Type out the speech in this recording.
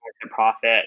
profit